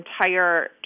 entire